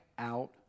out